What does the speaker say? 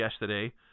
yesterday